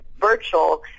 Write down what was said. virtual